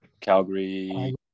Calgary